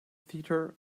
theater